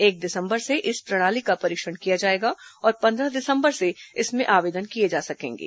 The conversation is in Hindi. एक दिसम्बर से इस प्रणाली का परीक्षण किया जाएगा और पंद्रह दिसम्बर से इसमें आवेदन किए जा सकेंगे